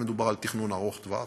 מדובר על תכנון ארוך-טווח,